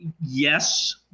Yes